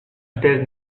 stage